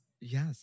Yes